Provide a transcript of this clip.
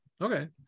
okay